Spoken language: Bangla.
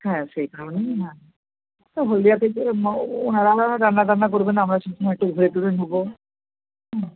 হ্যাঁ সেই কারণেই হ্যাঁ তো হলদিয়াতে গিয়ে ও হারা তারা রান্না টান্না করবেন আমরা সেই সময় একটু ঘুরে টুরে নেবো হুম